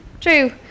True